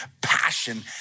passion